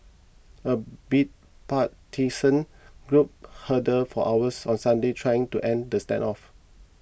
a bipartisan group huddled for hours on Sunday trying to end the standoff